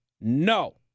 No